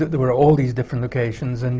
there were all these different locations, and